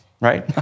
right